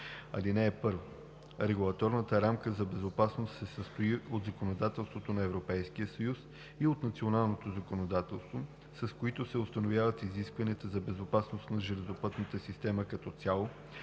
ал. 1: „(1) Регулаторната рамка за безопасност се състои от законодателството на Европейския съюз и от националното законодателство, с които се установяват изискванията за безопасност на железопътната система като цяло,